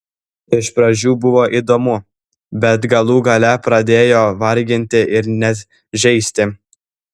iš pradžių buvo įdomu bet galų gale pradėjo varginti ir net žeisti